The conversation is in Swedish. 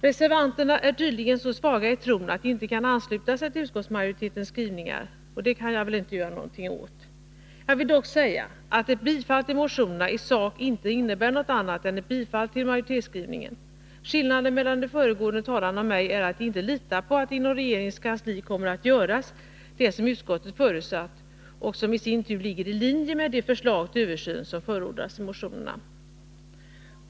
Reservanterna är tydligen så svaga i tron att de inte kan ansluta sig till utskottsmajoritetens skrivningar, och det kan jag väl inte göra någonting åt. Jag vill dock säga att ett bifall till motionerna i sak inte innebär något annat än ett bifall till majoritetsskrivningen. Skillnaden mellan de föregående talarna och mig är att de inte litar på att man inom regeringens kansli kommer att göra det som utskottet förutsatt och som i sin tur överensstämmer med de förslag till översyn m.m. som förordats i motionerna.